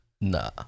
nah